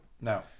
No